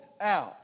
out